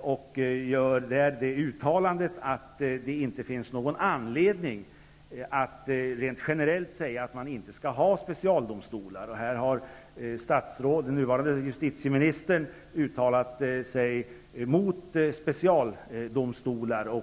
och gör uttalandet att det inte finns någon anledning att rent generellt säga att man inte skall ha specialdomstolar. Den nuvarande justitieministern har uttalat sig mot specialdomstolar.